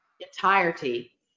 entirety